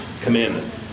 commandment